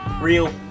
Real